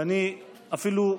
ואני אפילו,